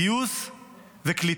גיוס וקליטה.